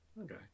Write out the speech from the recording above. okay